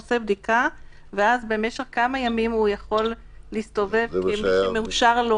עושה בדיקה ואז במשך כמה ימים הוא יכול להסתובב כמי שמאושר לו?